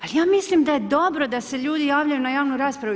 Ali ja mislim da je dobro da se ljudi javljaju na javnu raspravu.